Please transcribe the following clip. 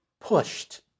pushed